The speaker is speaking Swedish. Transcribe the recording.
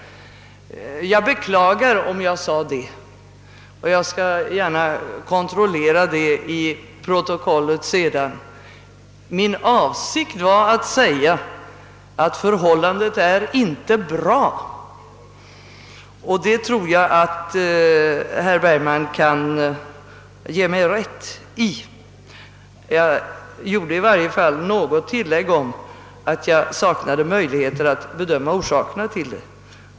Jag beklagar om jag sade det, och jag skall gärna kontrollera i protokollet. Min avsikt var att säga att förhållandet inte är bra, och det tror jag att herr Bergman kan ge mig rätt i. Jag tillade i varje fall att jag saknade möjligheter att bedöma orsakerna till detta.